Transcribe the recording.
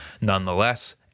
Nonetheless